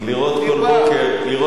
מגיע לך.